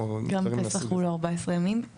גם פסח הוא לא 14 ימים.